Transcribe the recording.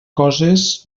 coses